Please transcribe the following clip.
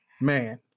Man